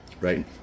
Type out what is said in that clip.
Right